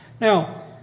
Now